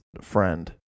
friend